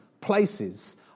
places